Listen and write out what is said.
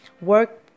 work